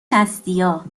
شصتیا